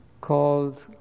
called